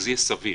שזה יהיה סביר.